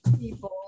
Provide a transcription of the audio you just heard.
people